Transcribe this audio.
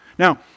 Now